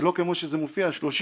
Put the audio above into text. ולא כמו שזה מופיע 30